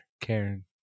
Karen